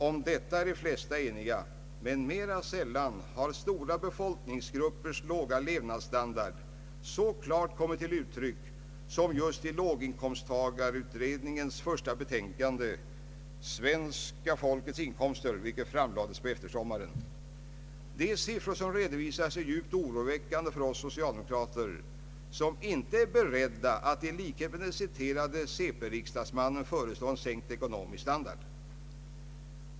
Om detta är de flesta eniga, men mera sällan har stora befolkningsgruppers låga levnadsstandard så klart kommit till uttryck som just i låginkomstutredningens första betänkande ”Svenska folkets inkomster”, vilket framlades på eftersommaren. De siffror som där redovisas är djupt oroväckande för oss socialdemokrater, som inte är beredda att i likhet med den citerade centerpartisten föreslå en sänkt ekonomisk standard.